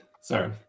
Sorry